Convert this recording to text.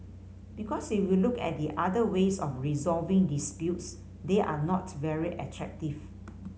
because if you look at the other ways of resolving disputes they are not very attractive